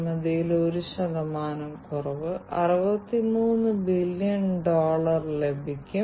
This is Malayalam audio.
അതിനാൽ ഒരു IIoT അടിസ്ഥാനമാക്കിയുള്ള സാങ്കേതികവിദ്യകളുടെ സഹായത്തോടെ ഇത് സാധ്യമാകും